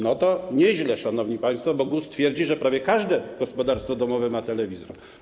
No to nieźle, szanowni państwo, bo GUS twierdzi, że prawie każde gospodarstwo domowe ma telewizor.